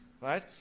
Right